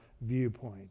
viewpoint